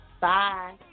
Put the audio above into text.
Bye